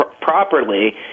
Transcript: properly